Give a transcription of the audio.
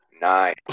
Nice